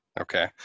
Okay